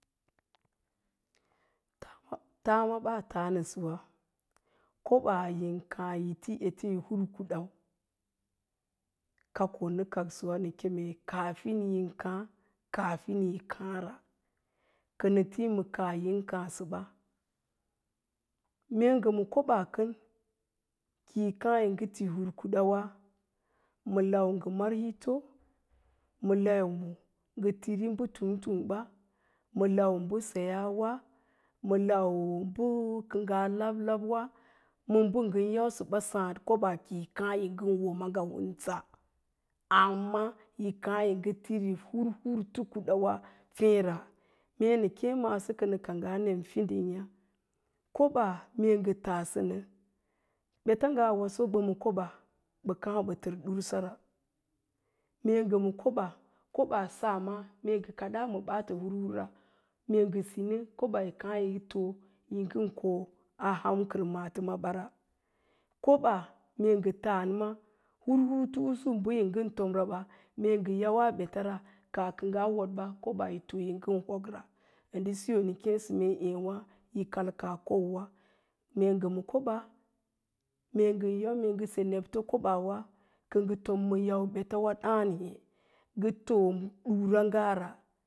Taama baa taa nəsəwa, koɓaa yin káá yi hur kuɗa eteu? Kakoo nə kaksəwa nə keme, kaafin yin káá, kaafin yi kááea, kənə tíí ma kaa yin káásəɓa mee ngə ma koɓaa kən ki yi ngə ti ngə hur kuɗa ma lau ngə mar hito, ma lau ngə tiri mbə twog ting ɓa, ma lau mbəseyaawa, ma lau bə kə ngaa lab lab'wa, ma mbə ngən yausəɓa sáád koɓaa ki yi káá yi ngən wo maaga hunsa amma yi káá yi ngə tiri hirhinto kuɗawa féé ra, mee nə kéé maaso kənə kangga nem finyá koɓaa mee ngə taasə nə, bets ngawaso bə ma koɓaa, ɓa kaáá bə tər ɗirsara mee ngə ma koɓaa, koɓaa sa mah mee ngə kaɗaa ma baata hurharre mee ngə sinə, koɓaa yi káá yi ngə too yin ngən ko aham maaləma bəram, koɓaa mee ngə taan ma hurhur to'usu bə yin ngən tomra ɓa, mee ngə yauwa betara, kaa kə ngaa wodɓa koɓaa yi too yi ngan hok ra, ndə siyo nə kéésə mee ééwá yi kalaka kouwa, mee ngə ma, koɓaa ngən yau mee ngə se nemto kobnawa kə ngə tom ma yau ɓetawa dáán ngá toɗura'ngara